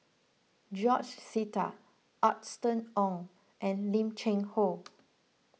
George Sita Austen Ong and Lim Cheng Hoe